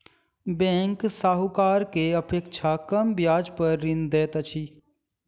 bank साहूकार के अपेक्षा कम ब्याज पर ऋण दैत अछि